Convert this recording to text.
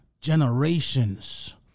generations